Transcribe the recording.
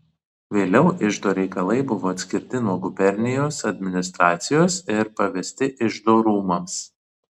vėliau iždo reikalai buvo atskirti nuo gubernijos administracijos ir pavesti iždo rūmams